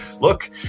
look